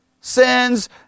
sins